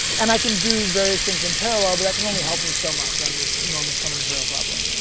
and i can do various things in parallel but i can only helped me so much on this enormous combinational problem.